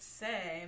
say